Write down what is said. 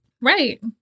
Right